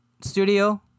studio